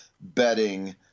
betting